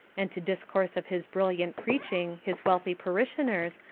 and to discourse of his brilliant preaching, his wealthy parishioners,